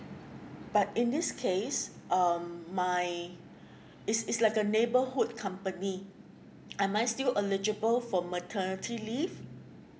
but in this case um my it's it's like a neighbourhood company am I still eligible for maternity leave